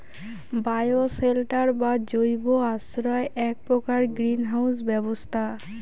bioshelter বা জৈব আশ্রয় এ্যাক প্রকার গ্রীন হাউস ব্যবস্থা